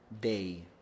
day